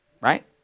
Right